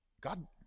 God